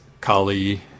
Kali